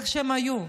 איך שהם היו,